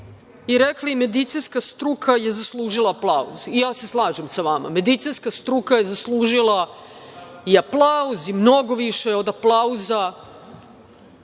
i rekli - medicinska struka je zaslužila aplauz. Ja se slažem sa vama. Medicinska struka je zaslužila aplauz i mnogo više od aplauza